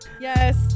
Yes